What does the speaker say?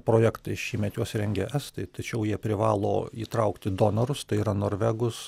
projektai šįmet juos rengia estai tačiau jie privalo įtraukti donorus tai yra norvegus